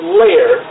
layer